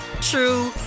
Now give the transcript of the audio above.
true